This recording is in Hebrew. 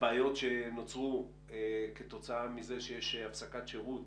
הבעיות שנוצרו כתוצאה מזה שיש הפסקת שירות,